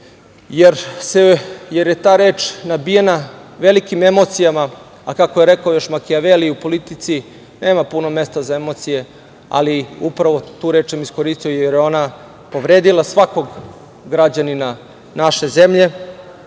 jer je ta reč nabijena velikim emocijama, a kako je rekao još Makijaveli – u politici nema puno mesta za emocije, ali upravo tu reč sam iskoristio jer je ona povredila svakog građanina naše zemlje